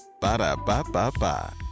Ba-da-ba-ba-ba